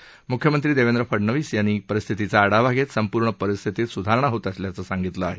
म्ख्यमंत्री देवेंद्र फडनवीस यांनी परिस्थितीचा आढावा घेत संपूर्ण परिस्थितीत सुधारणा होत असल्याचं सांगितलं आहे